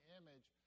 image